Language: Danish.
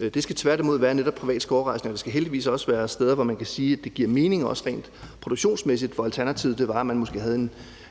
Det skal tværtimod være netop privat skovrejsning, og det skal heldigvis også være steder, hvor man kan sige at det giver mening også rent produktionsmæssigt, og hvor alternativet måske var, at man havde